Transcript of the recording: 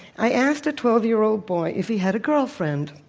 i asked a twelve year old boy if he had a girlfriend.